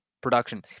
production